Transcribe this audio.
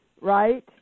Right